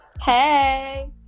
hey